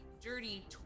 dirty